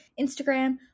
Instagram